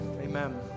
Amen